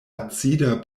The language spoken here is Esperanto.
acida